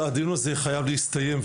הדיון הזה חייב להסתיים,